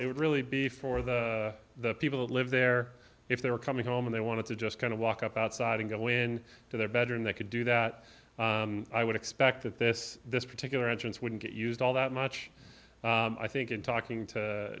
would really be for the the people that live there if they were coming home and they wanted to just kind of walk up outside and go in to their bed and they could do that i would expect that this this particular entrance wouldn't get used all that much i think in talking to